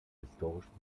historischen